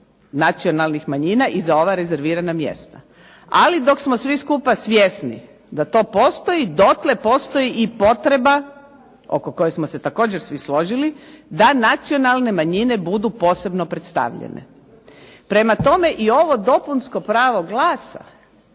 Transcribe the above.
nacionalnih manjina i za ova rezervirana mjesta. Ali dok smo svi skupa svjesni da to postoji, dotle postoji i potreba oko koje smo se također svi složili da nacionalne manjine budu posebno predstavljene. Prema tome, i ovo dopunsko pravo glasa